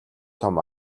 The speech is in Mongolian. том